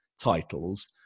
titles